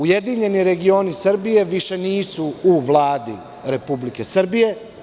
Ujedinjeni regioni Srbije, više nisu u Vladi Republike Srbije.